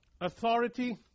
authority